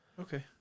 Okay